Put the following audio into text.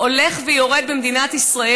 הולך ויורד במדינת ישראל,